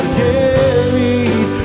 carried